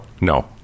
no